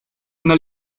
una